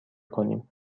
کنیم